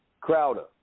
Crowder